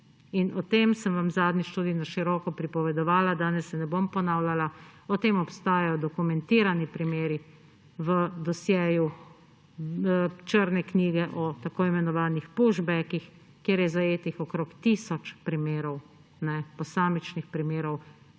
O tem sem vam zadnjič tudi na široko pripovedovala, danes se ne bom ponavljala. O tem obstajajo dokumentirani primeri v dosjeju Črne knjige o tako imenovanih pushbackih, kjer je zajetih okrog tisoč primerov, posamičnih primerov